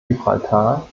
gibraltar